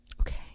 Okay